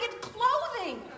clothing